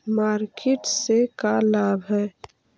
Market से का लाभ है?